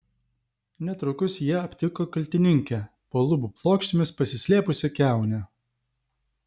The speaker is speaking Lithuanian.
netrukus jie aptiko kaltininkę po lubų plokštėmis pasislėpusią kiaunę